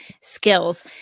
skills